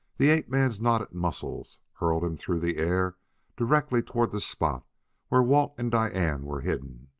the ape-man's knotted muscles hurled him through the air directly toward the spot where walt and diane were hidden.